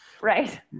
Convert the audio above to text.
Right